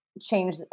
change